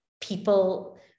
people